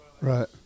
Right